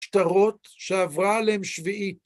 שטרות שעברה עליהן שביעית.